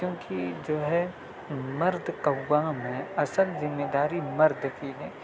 کیونکہ جو ہے مرد قوام ہے اصل ذمہ داری مرد کی ہے